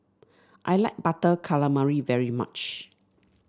I like Butter Calamari very much